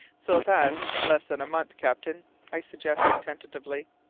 so that, in less than a month, captain i suggested, tentatively.